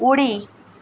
उडी